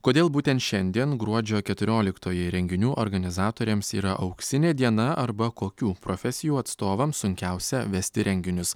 kodėl būtent šiandien gruodžio keturioliktoji renginių organizatoriams yra auksinė diena arba kokių profesijų atstovams sunkiausia vesti renginius